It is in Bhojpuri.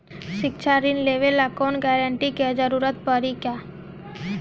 शिक्षा ऋण लेवेला कौनों गारंटर के जरुरत पड़ी का?